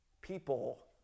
People